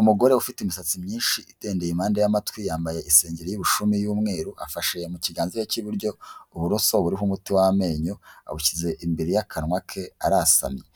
Umugore ufite imisatsi myinshi itendeye impande y'amatwi, yambaye isengeri y'ubushumi y'umweru, afashe mu kiganza cye cy'iburyo uburoso buriho umuti w'amenyo, abushyize imbere y'akanwa ke, arasamye.